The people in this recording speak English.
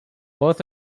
both